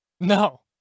No